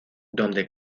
donde